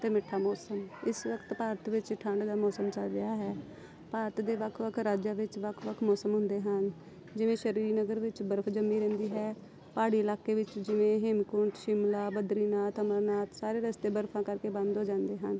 ਅਤੇ ਮਿੱਠਾ ਮੌਸਮ ਇਸ ਵਕਤ ਭਾਰਤ ਵਿੱਚ ਠੰਡ ਦਾ ਮੌਸਮ ਚੱਲ ਰਿਹਾ ਹੈ ਭਾਰਤ ਦੇ ਵੱਖ ਵੱਖ ਰਾਜਾਂ ਵਿੱਚ ਵੱਖ ਵੱਖ ਮੌਸਮ ਹੁੰਦੇ ਹਨ ਜਿਵੇਂ ਸ਼੍ਰੀਨਗਰ ਵਿੱਚ ਬਰਫ਼ ਜੰਮੀ ਰਹਿੰਦੀ ਹੈ ਪਹਾੜੀ ਇਲਾਕੇ ਵਿੱਚ ਜਿਵੇਂ ਹੇਮਕੁੰਟ ਸ਼ਿਮਲਾ ਬਦਰੀਨਾਥ ਅਮਰਨਾਥ ਸਾਰੇ ਰਸਤੇ ਬਰਫ਼ਾਂ ਕਰਕੇ ਬੰਦ ਹੋ ਜਾਂਦੇ ਹਨ